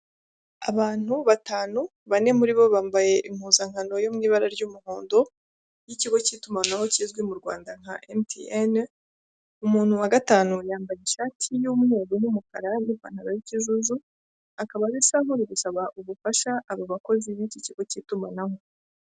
Abantu batanu, bane muri bo bambaye impuzankano yo mu ibara ry'umuhondo, y'ikigo k'itumanaho kizwi mu Rwanda nka emutiyeni, umuntu wa gatanu yambaye ishati y'umweru n'umukara n'ipantaro y'ikizuzu, akaba asa nkuri gusaba ubufasha aba bakozi b'iki kigo k'itumanaho.